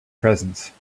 presence